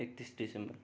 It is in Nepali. एक्तिस दिसम्बर